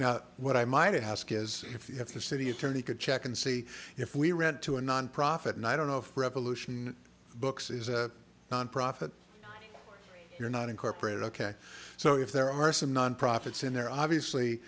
now what i might ask is if the city attorney could check and see if we rent to a nonprofit and i don't know if revolution books is a nonprofit you're not incorporated ok so if there are some non profits in there obviously